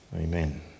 Amen